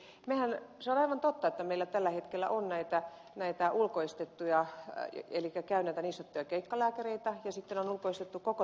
se on aivan totta että meillä tällä hetkellä on näitä ulkoistettuja elikkä käy näitä niin sanottuja keikkalääkäreitä ja sitten on ulkoistettu koko terveydenhuolto